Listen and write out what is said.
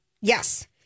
Yes